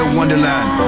Wonderland